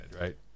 right